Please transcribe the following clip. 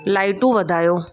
लाइटू वधायो